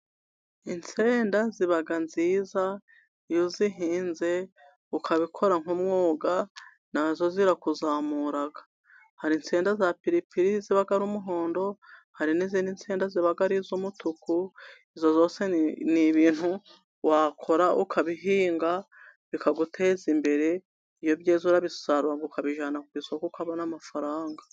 Insenda ziba nziza, iyo uzihinze ukabikora nk'umwuga, nazo zirakuzamura. Hari insenda za piripiri ziba ari umuhondo, hari n'izindi nsenda ziba ari iz'umutuku. Izo zose ni ibintu wakora ukabihinga bikaguteza imbere, iyo byeze urabisarura ukabijyana ku isoko ukabona amafaranga.